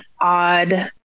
odd